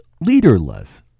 leaderless